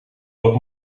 wat